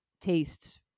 tastes